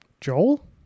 Joel